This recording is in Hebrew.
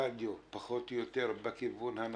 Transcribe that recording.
הרדיו פחות או יותר בכיוון הנכון.